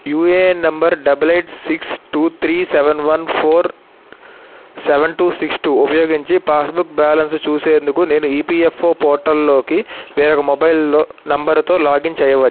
UAN number double eight six two three seven one four seven two six two ఉపయోగించి passbook balance చూసేందుకు నేను EPFO పోర్టల్లోకి వేరొక మొబైల్లో నంబర్తో లాగిన్ చేయవచ్చు